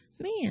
man